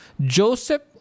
Joseph